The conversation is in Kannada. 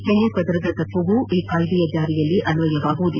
ಕೆನೆ ಪದರದ ತತ್ವವೂ ಈ ಕಾಯ್ದೆಯ ಜಾರಿಯಲ್ಲಿ ಅನ್ವಯವಾಗದು